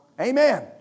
Amen